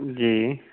ਜੀ